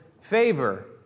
favor